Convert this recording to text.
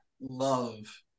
love